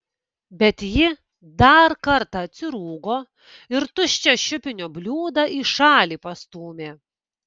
bet ji dar kartą atsirūgo ir tuščią šiupinio bliūdą į šalį pastūmė